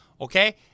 Okay